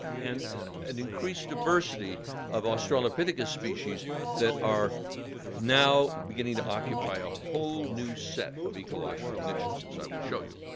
and an increased diversity of australopithecus species that are now beginning to occupy a whole new set of ecological niches, as i will show you.